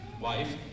wife